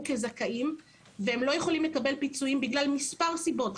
כזכאים והם לא יכולים לקבל פיצויים בגלל מספר סיבות.